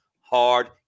hard